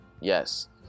Yes